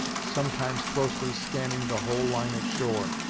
sometimes closely scanning the whole line of shore,